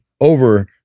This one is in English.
over